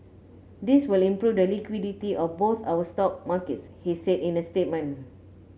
this will improve the liquidity of both our stock markets he said in a statement